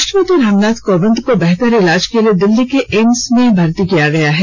राष्ट्रपति रामनाथ कोविंद को बेहतर इलाज के लिए दिल्ली के एम्स में भर्ती किया गया है